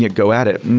go at it.